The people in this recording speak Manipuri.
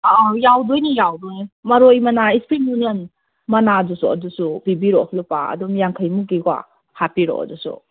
ꯑꯑꯥ ꯌꯥꯎꯗꯣꯏꯅꯤ ꯌꯥꯎꯗꯣꯏꯅꯤ ꯃꯔꯣꯏ ꯃꯅꯥ ꯏꯁꯄ꯭ꯔꯤꯡ ꯑꯣꯅꯤꯌꯟ ꯃꯅꯥꯗꯨꯁꯨ ꯑꯗꯨꯁꯨ ꯄꯤꯕꯤꯔꯛꯑꯣ ꯂꯨꯄꯥ ꯑꯗꯨꯝ ꯌꯥꯡꯈꯩꯃꯨꯛꯀꯤꯀꯣ ꯍꯥꯞꯄꯤꯔꯛꯑꯣ ꯑꯗꯨꯁꯨ